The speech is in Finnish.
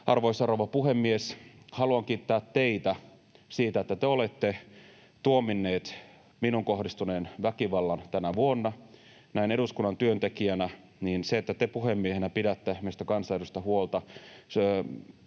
arvoisa rouva puhemies, haluan kiittää teitä siitä, että te olette tuominnut minuun kohdistuneen väkivallan tänä vuonna. Näin minulle eduskunnan työntekijänä se, että te puhemiehenä pidätte meistä kansanedustajista